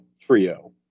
trio